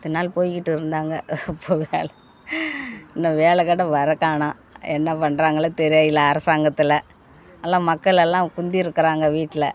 இத்தனை நாள் போயிக்கிட்டு இருந்தாங்க போ வேலை இன்னும் வேலைக்கட்டு வரக்காணும் என்ன பண்ணுறாங்களோ தெரியலை அரசாங்கத்தில் அதில் மக்கள்லெல்லாம் குந்திருக்கிறாங்க வீட்டில்